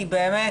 כי באמת,